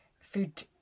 food